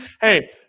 Hey